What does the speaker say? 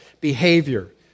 behavior